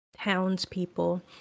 townspeople